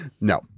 No